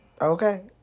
Okay